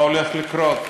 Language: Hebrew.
מה הולך לקרות: